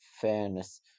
fairness